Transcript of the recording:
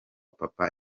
papa